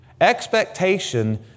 Expectation